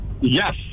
Yes